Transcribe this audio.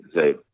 say